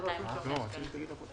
שקלים.